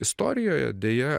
istorijoje deja